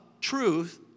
truth